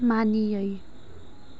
मानियै